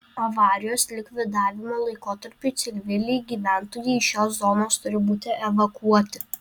avarijos likvidavimo laikotarpiu civiliai gyventojai iš šios zonos turi būti evakuoti